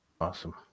Awesome